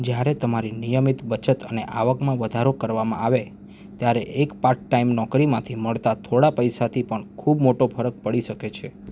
જ્યારે તમારી નિયમિત બચત અને આવકમાં વધારો કરવામાં આવે ત્યારે એક પાર્ટટાઇમ નોકરીમાંથી મળતા થોડા પૈસાથી પણ ખૂબ મોટો ફરક પડી શકે છે